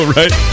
right